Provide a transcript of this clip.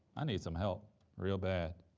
i need some help real bad.